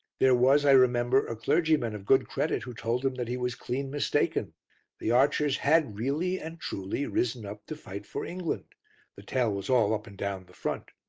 there was, i remember, a clergyman of good credit who told him that he was clean mistaken the archers had really and truly risen up to fight for england the tale was all up and down the front.